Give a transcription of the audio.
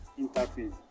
interface